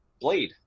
Blade